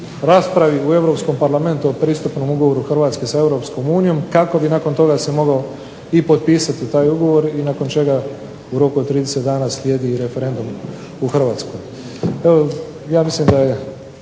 raspravi u Europskom parlamentu o pristupnom ugovoru Hrvatske sa Europskom unijom kako bi nakon toga se mogao i potpisati taj ugovor i nakon čega u roku od 30 dana slijedi i referendum u Hrvatskoj. Evo, ja mislim da je